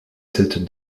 cette